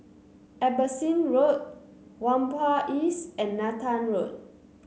Abbotsingh Road Whampoa East and Nathan Road